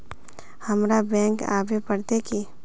हमरा बैंक आवे पड़ते की?